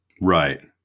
Right